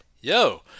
Yo